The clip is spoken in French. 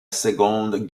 seconde